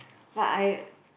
but I